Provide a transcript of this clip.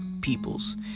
peoples